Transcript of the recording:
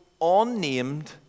unnamed